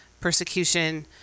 persecution